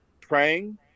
praying